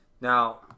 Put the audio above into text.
Now